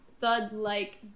thud-like